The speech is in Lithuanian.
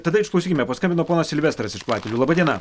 tada išklausykime paskambino ponas silvestras iš platelių laba diena